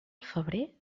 febrer